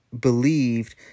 believed